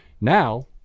now